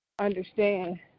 understand